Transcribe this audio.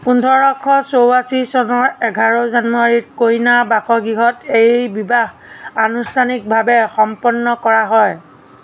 পোন্ধৰশ চৌৰাশী চনৰ এঘাৰ জানুৱাৰীত কইনাৰ বাসগৃহত এই বিবাহ আনুষ্ঠানিকভাৱে সম্পন্ন কৰা হয়